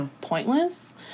pointless